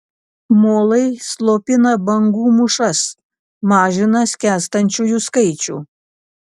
molai slopina bangų mūšas mažina skęstančiųjų skaičių